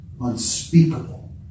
unspeakable